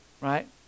Right